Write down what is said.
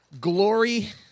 Glory